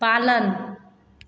पालन